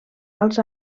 als